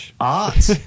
art